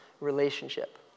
relationship